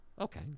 Okay